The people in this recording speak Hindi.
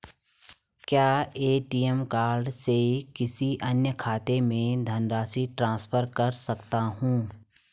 क्या ए.टी.एम कार्ड से किसी अन्य खाते में धनराशि ट्रांसफर कर सकता हूँ?